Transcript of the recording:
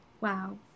Wow